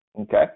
okay